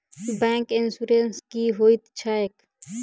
Bank insurance की होइत छैक?